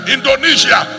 Indonesia